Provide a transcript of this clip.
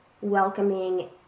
welcoming